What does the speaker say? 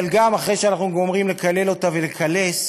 אבל גם אחרי שאנחנו גומרים לקלל אותה ולקלס,